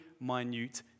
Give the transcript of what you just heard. minute